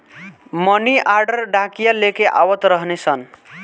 मनी order डाकिया लेके आवत रहने सन